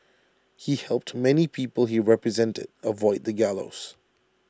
he helped many people he represented avoid the gallows